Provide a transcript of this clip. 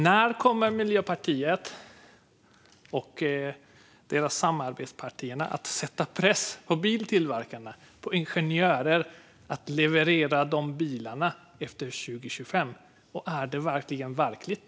När kommer Miljöpartiet och deras samarbetspartier att sätta press på biltillverkarna och ingenjörerna att leverera dessa bilar efter 2025? Är detta något verkligt?